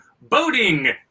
boating